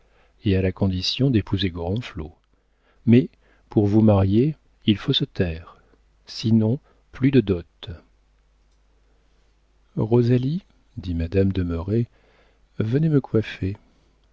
et à la condition d'épouser gorenflot mais pour vous marier il faut se taire sinon plus de dot rosalie dit madame de merret venez me coiffer